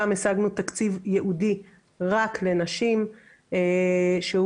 השגנו גם תקציב ייעודי רק לנשים שייכנס